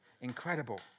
incredible